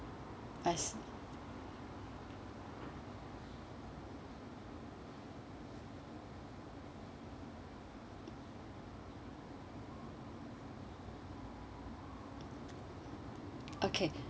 I okay